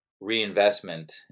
reinvestment